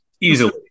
easily